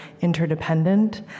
interdependent